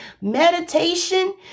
Meditation